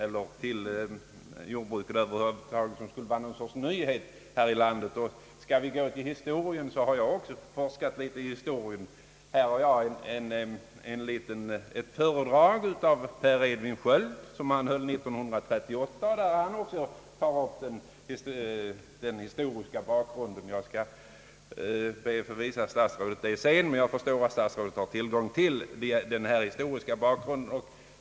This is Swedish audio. Debatten härvidlag är inte någon nyhet här i landet — skall vi gå till historien så har även jag forskat litet grand och har t.ex. här ett föredrag som Per Edvin Sköld höll år 1938, där han också tar upp den historiska bakgrunden. Jag skall gärna visa statsrådet den skriften; men jag förstår att även han har tillgång till uppgifter om den historiska bakgrunden.